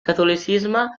catolicisme